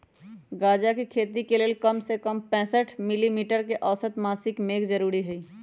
गजा के खेती के लेल कम से कम पैंसठ मिली मीटर के औसत मासिक मेघ जरूरी हई